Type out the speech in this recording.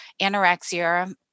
anorexia